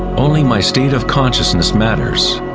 only my state of consciousness matters.